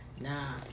Nah